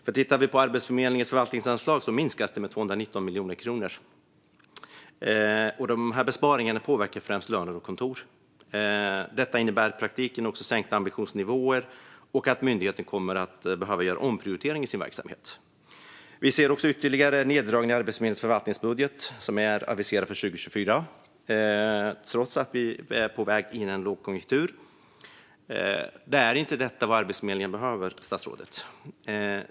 Men när det gäller Arbetsförmedlingens förvaltningsanslag minskar de med 219 miljoner kronor. De här besparingarna påverkar främst löner och kontor. Det innebär i praktiken sänkta ambitionsnivåer och att myndigheten kommer att behöva göra omprioriteringar i verksamheten. Vi ser också att ytterligare neddragningar i Arbetsförmedlingens förvaltningsbudget är aviserade för 2024, trots att vi är på väg in i en lågkonjunktur. Detta är inte vad Arbetsförmedlingen behöver, statsrådet.